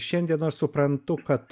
šiandien aš suprantu kad